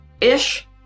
ish